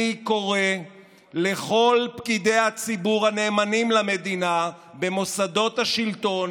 אני קורא לכל פקידי הציבור הנאמנים למדינה במוסדות השלטון,